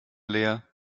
leer